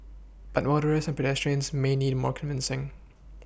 but motorists and pedestrians may need more convincing